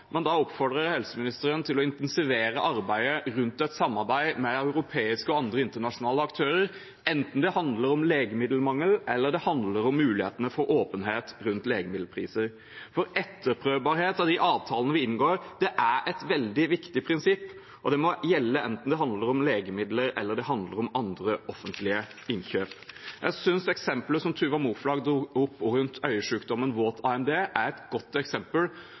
da oppfordrer jeg helseministeren til å intensivere arbeidet rundt et samarbeid med europeiske og andre internasjonale aktører, enten det handler om legemiddelmangel eller det handler om mulighetene for åpenhet rundt legemiddelpriser. For etterprøvbarhet av de avtalene vi inngår, er et veldig viktig prinsipp, og det må gjelde enten det handler om legemidler eller det handler om andre offentlige innkjøp. Jeg synes eksemplet som Tuva Moflag tok opp om øyesykdommen våt AMD, er et godt eksempel